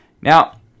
Now